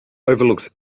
overlooks